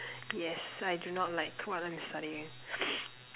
yes I do not like what I'm studying